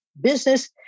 business